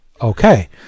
okay